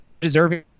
deserving